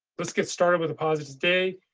let's get started with a positive day.